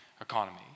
economy